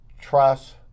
trust